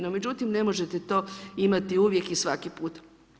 No, međutim, ne možete to imati uvijek i svaki put.